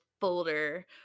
folder